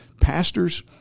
pastors—